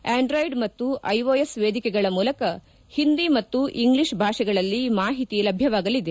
Android ಮತ್ತು iOS ವೇದಿಕೆಗಳ ಮೂಲಕ ಹಿಂದಿ ಮತ್ತು ಇಂಗ್ಲೀಷ್ ಭಾಷೆಗಳಲ್ಲಿ ಮಾಹಿತಿ ಲಭ್ಯವಾಗಲಿದೆ